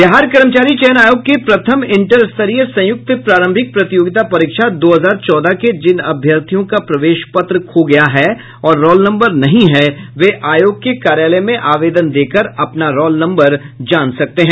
बिहार कर्मचारी चयन आयोग के प्रथम इंटर स्तरीय संयुक्त प्रारंभिक प्रतियोगिता परीक्षा दो हजार चौदह के जिन अभ्यर्थियों का प्रवेश पत्र खो गया है और रौल नम्बर नहीं है वे आयोग के कार्यालय में आवेदन देकर अपना रौल नम्बर जान सकते हैं